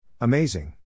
amazing